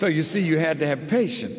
so you see you had to have patience